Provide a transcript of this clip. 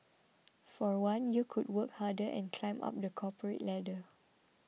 for one you could work harder and climb up the corporate ladder